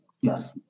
Yes